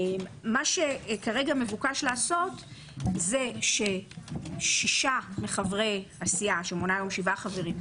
כרגב מבוקש ש-6 מחברי סיעה שמונה היום 7 חברים,